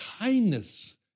kindness